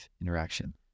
interaction